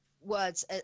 words